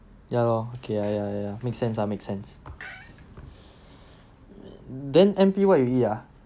ya lor okay ya ya ya make sense ah make sense then N_P what you eat ah